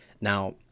now